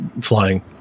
flying